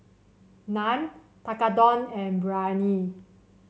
Naan Tekkadon and Biryani